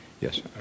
yes